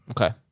Okay